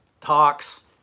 talks